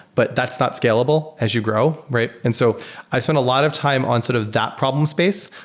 but that's not scalable as you grow, right? and so i've spent a lot of time on sort of that problem space,